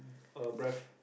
a breath